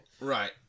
Right